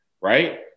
Right